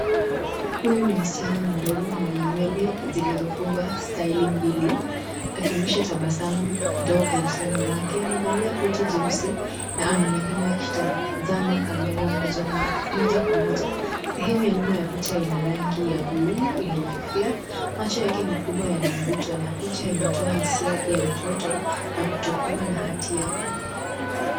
Huyu ni msichana mdogo mwenye nywele zilizofungwa staili mbili akionyesha tabasamu ndogo usoni mwake. Amevalia koti jeusi na anaonekana akitazama kamera moja kwa moja. Sehemu ya nyuma ya picha ina rangi ya buluu iliyofifia. Macho yake makubwa yana mvuto na picha inatoa hisia ya utoto na kutokuwa na hatia.